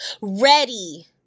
ready